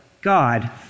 God